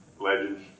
legends